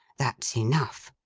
that's enough